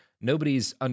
nobody's